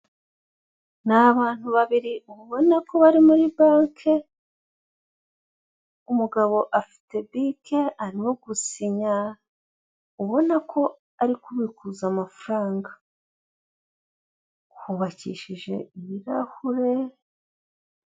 Ni abantu babiri ubona ko bari muri banki, umugabo afite bike arimo gusinya ubona ko ari kubikuza amafaranga hubakishije ibirahure.